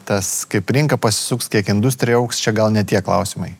tas kaip rinka pasisuks kiek industrija augs čia gal ne tie klausimai